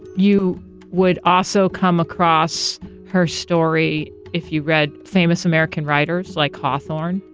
you would also come across her story if you read famous american writers like hawthorne.